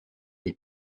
les